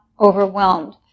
overwhelmed